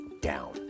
down